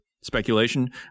speculation